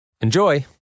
Enjoy